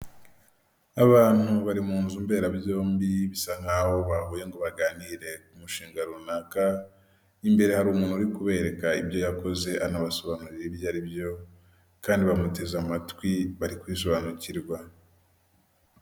Abantu bari mu nzu mberabyombi bisa nkaho bahuye ngo baganire ku umushinga runaka, imbere hari umuntu uri kubereka ibyo yakoze anabasobanurira ibyo aribyo kandi bamuteze amatwi bari kubisobanukirwa.